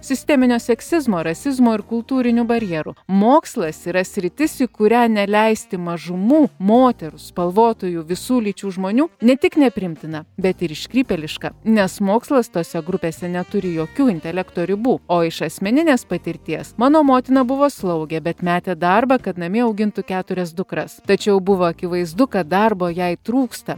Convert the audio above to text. sisteminio seksizmo rasizmo ir kultūrinių barjerų mokslas yra sritis į kurią neleisti mažumų moterų spalvotųjų visų lyčių žmonių ne tik nepriimtina bet ir iškrypėliška nes mokslas tose grupėse neturi jokių intelekto ribų o iš asmeninės patirties mano motina buvo slaugė bet metė darbą kad namie augintų keturias dukras tačiau buvo akivaizdu kad darbo jai trūksta